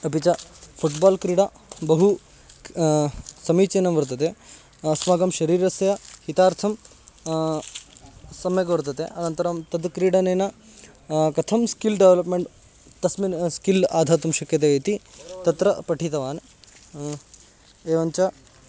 अपि च फ़ुट्बाल् क्रीडा बहु समीचीना वर्तते अस्माकं शरीरस्य हितार्थं सम्यक् वर्तते अनन्तरं तद् क्रीडनेन कथं स्किल् डेवलप्मेण्ट् तस्मिन् स्किल् आधातुं शक्यते इति तत्र पठितवान् एवञ्च